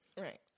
right